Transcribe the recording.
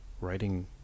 writing